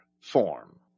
form